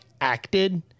acted